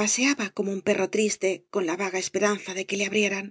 paseaba como un perro triste con la vaga esperanza de que le abrieran